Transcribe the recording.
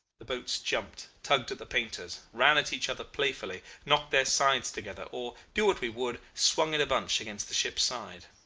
the boats jumped, tugged at the painters, ran at each other playfully, knocked their sides together, or, do what we would, swung in a bunch against the ship's side.